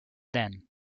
then